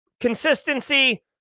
consistency